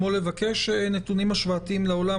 כמו לבקש נתונים השוואתיים לעולם.